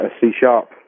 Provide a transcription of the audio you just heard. C-sharp